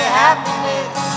happiness